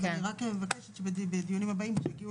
אז אני רק מבקשת שבדיונים הבאים כשיגיעו